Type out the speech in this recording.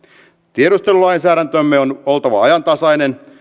tiedustelulainsäädäntömme on oltava ajantasainen